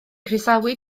croesawu